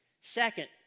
Second